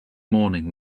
morning